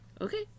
Okay